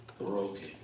broken